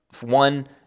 One